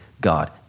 God